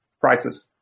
prices